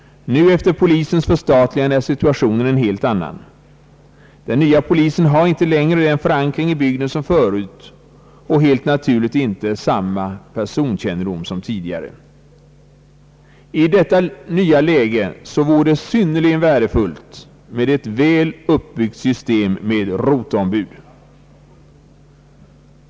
Nu efter polisens förstatligande är situationen en helt annan. Den nya polisen har inte längre samma förankring i bygden som förut och helt naturligt inte samma personkännedom som tidigare. I detta nya läge vore det synnerligen värdefullt att ha ett väl uppbyggt system med roteombud.